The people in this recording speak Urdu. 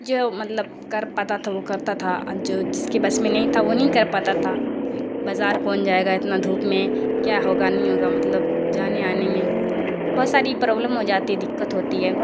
جو مطلب کر پاتا تھا وہ کرتا تھا جو جس کے بس میں نہیں تھا وہ نہیں کر پاتا تھا بازار کون جائے گا اتنا دھوپ میں کیا ہوگا نہیں ہوگا مطلب جانے آنے میں بہت ساری پروبلم ہو جاتی دقت ہوتی ہے